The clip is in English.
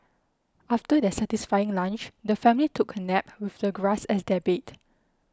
after their satisfying lunch the family took a nap with the grass as their bed